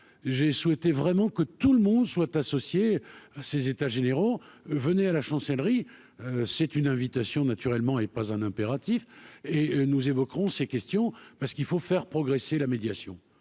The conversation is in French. j'ai souhaité vraiment que tout le monde soit associé à ces états généraux venait à la chancellerie, c'est une invitation naturellement et pas un impératif et nous évoquerons ces questions parce qu'il faut faire progresser la médiation,